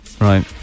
Right